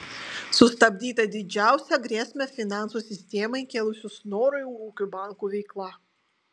sustabdyta didžiausią grėsmę finansų sistemai kėlusių snoro ir ūkio bankų veikla